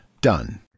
done